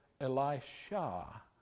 Elisha